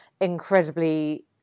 incredibly